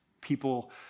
people